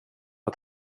att